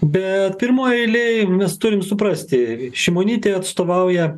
bet pirmoj eilėj mes turim suprasti šimonytė atstovauja